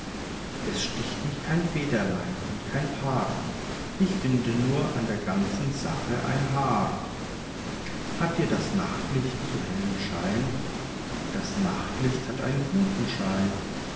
es sticht mich kein federlein und kein paar ich find nur an der ganzen sach ein haar hat dir das nachtlicht zu hellen schein das nachtlicht hat einen guten schein